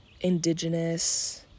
indigenous